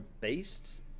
based